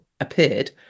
appeared